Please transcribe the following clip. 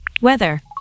weather